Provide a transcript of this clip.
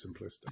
simplistic